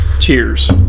Cheers